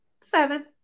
Seven